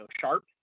sharp